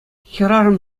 хӗрарӑм